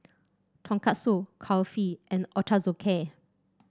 Tonkatsu Kulfi and Ochazuke